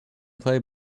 play